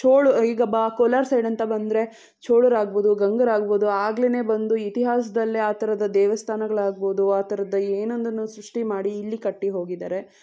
ಚೋಳ ಈಗ ಬ್ ಕೋಲಾರ ಸೈಡ್ ಅಂತ ಬಂದರೆ ಚೋಳರಾಗ್ಬೋದು ಗಂಗರಾಗ್ಬೋದು ಆಗ್ಲೆ ಬಂದು ಇತಿಹಾಸದಲ್ಲೇ ಆ ಥರದ ದೇವಸ್ಥಾನಗಳು ಆಗ್ಬೋದು ಆ ಥರದ ಏನೊಂದನ್ನೋ ಸೃಷ್ಟಿ ಮಾಡಿ ಇಲ್ಲಿ ಕಟ್ಟಿ ಹೋಗಿದ್ದಾರೆ